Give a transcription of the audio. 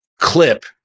clip